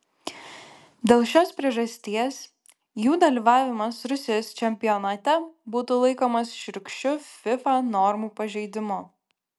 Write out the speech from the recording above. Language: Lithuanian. dėl šios priežasties jų dalyvavimas rusijos čempionate būtų laikomas šiurkščiu fifa normų pažeidimu